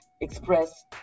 express